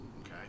Okay